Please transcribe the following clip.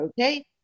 okay